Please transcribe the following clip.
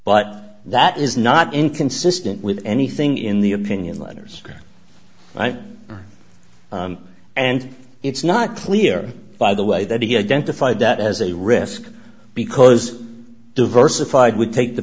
but that is not inconsistent with anything in the opinion letters and it's not clear by the way that he identified that as a risk because diversified would take the